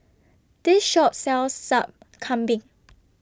This Shop sells Sup Kambing